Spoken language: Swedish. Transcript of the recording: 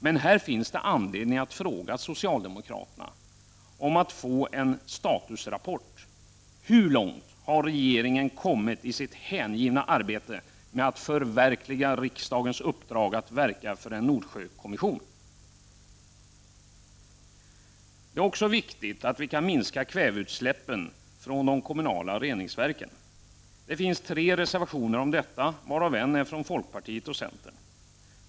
Men här finns det anledning att be socialdemokraterna om en statusrapport. Hur långt har regeringen kommit i sitt hängivna arbete med att förverkliga riksdagens upp = Prot. 1989/90:36 drag att verka för en Nordsjökommission? 30 november 1990 Vidare är det viktigt att vi kan minska kväveutsläppen från de kommunala reningsverken. Det finns tre reservationer om detta, varav en är från folkpartiet och centern.